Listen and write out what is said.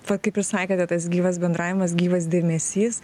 va kaip ir sakėte tas gyvas bendravimas gyvas dėmesys